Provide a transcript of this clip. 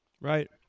Right